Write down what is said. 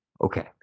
Okay